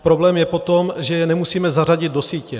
Problém je potom, že je nemusíme zařadit do sítě.